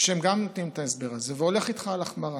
והם גם נותנים את ההסבר הזה, והולך איתך על החמרה,